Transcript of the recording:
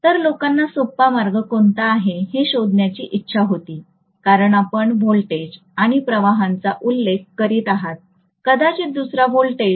तर लोकांना सोपा मार्ग कोणता आहे हे शोधण्याची इच्छा होती कारण आपण व्होल्टेज आणि प्रवाहांचा उल्लेख करीत आहात कदाचित दुसरा व्होल्टेज